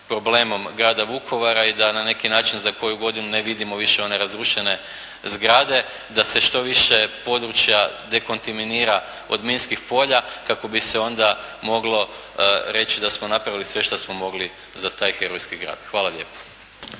problemom grada Vukovara i da na neki način za koju godinu ne vidimo više one razrušene zgrade, da se što više područja dekontiminira od minskih polja kako bi se onda moglo reći da smo napravili sve što smo mogli za taj herojski grad. Hvala lijepo.